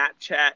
Snapchat